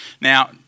Now